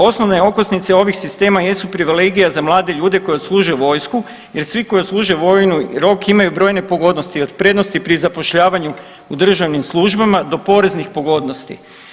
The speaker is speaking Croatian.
Osnovne okosnice ovih sistema jesu privilegija za mlade ljude koji odsluže vojsku jer svi koji odsluže vojni rok imaju brojne pogodnosti od prednosti pri zapošljavanju u državnim službama do poreznih pogodnosti.